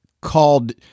called